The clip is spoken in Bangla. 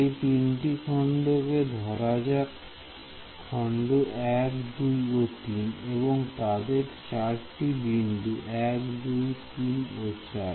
এই তিনটি খণ্ডকে ধরা যাক খন্ড 1 2 ও 3 এবং তাদের চারটি বিন্দু 1 2 3 ও 4